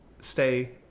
stay